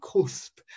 cusp